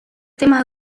temas